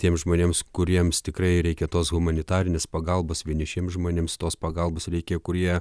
tiems žmonėms kuriems tikrai reikia tos humanitarinės pagalbos vienišiems žmonėms tos pagalbos reikia kurie